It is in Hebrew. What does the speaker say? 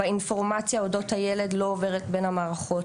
באינפורמציה אודות הילד לא עוברת בין המערכות,